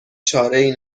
چارهای